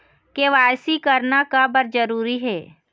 KYC करना का बर जरूरी हे?